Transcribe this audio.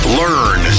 learn